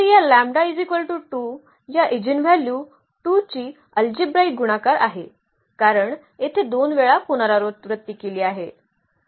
तर या या ईजिनव्हल्यू 2 ची अल्जेब्राईक गुणाकार आहे कारण येथे 2 वेळा पुनरावृत्ती केली जाते